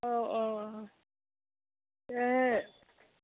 औ औ औ ए